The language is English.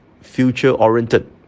future-oriented